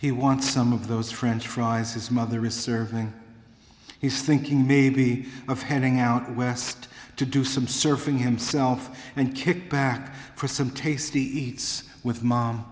he wants some of those french fries his mother is serving he's thinking maybe of heading out west to do some surfing himself and kick back for some tasty eats with mom